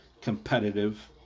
competitive